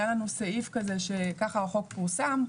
היה לנו סעיף כזה, כך החוק פורסם,